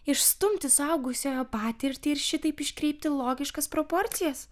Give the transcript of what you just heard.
išstumti suaugusiojo patirtį ir šitaip iškreipti logiškas proporcijas